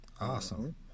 Awesome